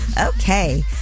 Okay